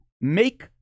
make